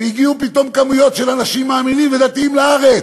והגיעו פתאום כמויות של אנשים מאמינים ודתיים לארץ,